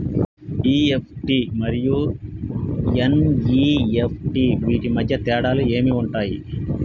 EFT మరియు NEFT వీటి మధ్య తేడాలు ఏమి ఉంటాయి?